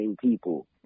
people